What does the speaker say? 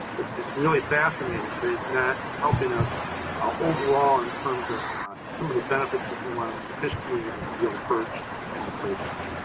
it's it's really fascinating, but it's not helping us overall in terms of some of the benefits that we wanted for the fish community, like the yellow perch and the prey fish.